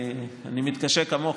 אני מתקשה כמוך,